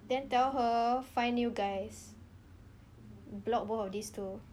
then tell her find new guys block both of these two